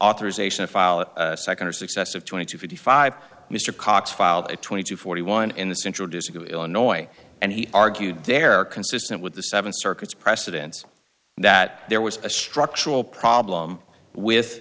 authorization to file a second or successive twenty two fifty five mr cox filed twenty two forty one in this introducing to illinois and he argued there consistent with the seven circuits precedence that there was a structural problem with